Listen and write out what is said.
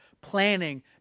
planning